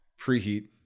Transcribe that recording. preheat